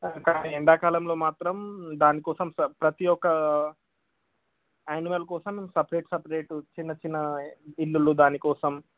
కానీ ఎండాకాలంలో మాత్రం దానికోసం ప్రతి ఒక్క ఆనిమల్ కోసం సపరేట్ సపరేటు చిన్న చిన్న ఇళ్ళు దానికోసం